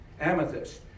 amethyst